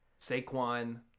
Saquon